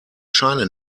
scheine